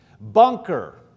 Bunker